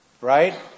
right